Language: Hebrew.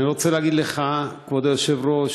אני רוצה להגיד לך, כבוד היושב-ראש,